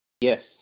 Yes